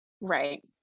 right